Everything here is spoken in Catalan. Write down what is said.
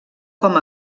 com